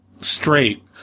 straight